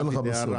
אתן לך בסוף.